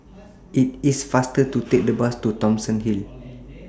IT IS faster to Take The Bus to Thomson Hill